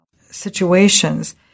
situations